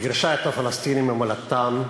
שגירשה את הפלסטינים ממולדתם,